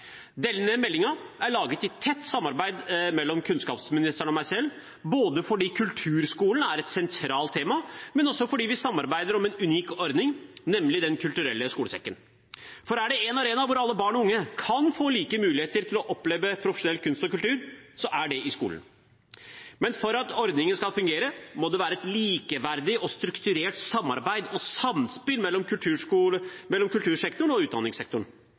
Denne meldingen er laget i tett samarbeid mellom kunnskapsministeren og meg – både fordi kulturskolen er et sentralt tema, og også fordi vi samarbeider om en unik ordning, nemlig Den kulturelle skolesekken. For er det en arena hvor alle barn og unge kan få like muligheter til å oppleve profesjonell kunst og kultur, så er det i skolen. Men for at ordningen skal fungere, må det være et likeverdig og strukturert samarbeid og samspill mellom kultursektoren og utdanningssektoren.